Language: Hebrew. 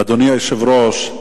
אדוני היושב-ראש,